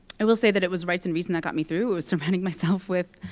i will say that it was rights and reason that got me through. it was surrounding myself with